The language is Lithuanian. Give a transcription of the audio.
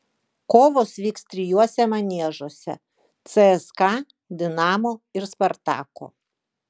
kovos vyks trijuose maniežuose cska dinamo ir spartako